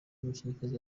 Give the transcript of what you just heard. umukinnyikazi